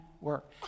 work